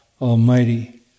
Almighty